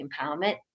empowerment